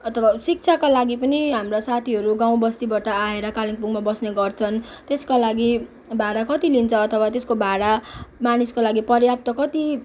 अथवा शिक्षाका लागि पनि हाम्रा साथीहरू गाउँ बस्तीबाट आएर कालिम्पोङमा बस्ने गर्छन् त्यसका लागि भाडा कति लिन्छ अथवा त्यसको भाडा मानिसका लागि पर्याप्त कति